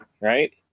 right